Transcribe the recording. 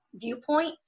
viewpoint